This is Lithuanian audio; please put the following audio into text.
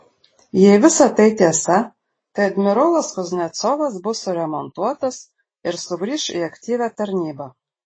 jei visa tai tiesa tai admirolas kuznecovas bus suremontuotas ir sugrįš į aktyvią tarnybą